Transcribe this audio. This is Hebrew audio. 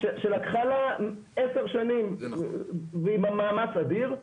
שלקחה לה 10 שנים ועם מאמץ אדיר.